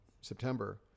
September